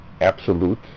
absolute